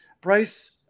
Bryce